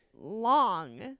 long